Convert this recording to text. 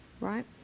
right